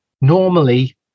normally